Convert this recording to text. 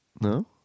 No